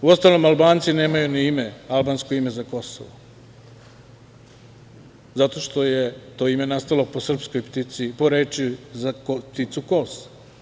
Uostalom, Albanci nemaju ni albansko ime za Kosovo, jer to je ime nastalo po srpskoj reči za pticu kos.